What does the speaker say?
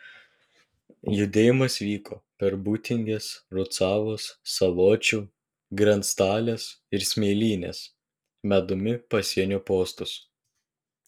judėjimas vyko per būtingės rucavos saločių grenctalės ir smėlynės medumi pasienio postus